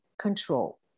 control